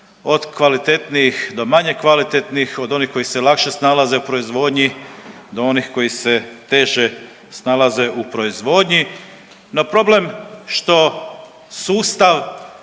od kvalitetnijih do manje kvalitetnih, od onih koji se lakše snalaze u proizvodnji do onih koji se teže snalaze u proizvodnji. No problem što sustav